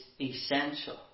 essential